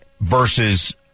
versus